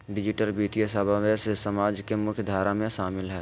digital वित्तीय समावेश समाज के मुख्य धारा में शामिल हइ